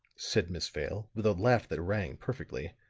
said miss vale, with a laugh that rang perfectly,